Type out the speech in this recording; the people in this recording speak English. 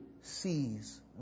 sees